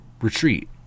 retreat